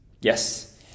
Yes